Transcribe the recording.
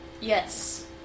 Yes